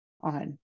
on